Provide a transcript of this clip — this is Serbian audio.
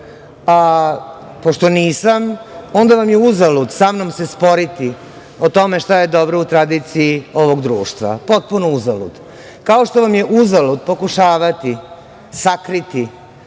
a pošto nisam, onda vam je uzalud sa mnom se sporiti o tome šta je dobro u tradiciji ovog društva, potpuno uzalud, kao što vam je uzalud pokušavati sakriti